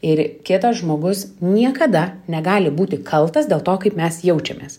ir kitas žmogus niekada negali būti kaltas dėl to kaip mes jaučiamės